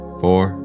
four